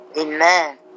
Amen